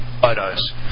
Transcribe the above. Photos